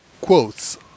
quotes